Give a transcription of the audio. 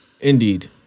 indeed